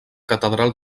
catedral